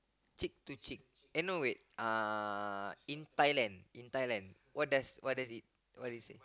cheek to cheek uh no wait uh in Thailand in Thailand what does what does it what does it say